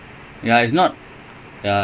interesting as men's football